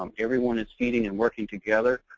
um everyone that's eating and working together.